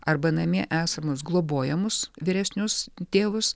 arba namie esamus globojamus vyresnius tėvus